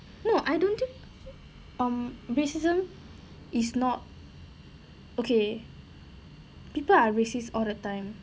no I don't think um racism is not okay people are racist all the time